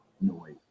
noise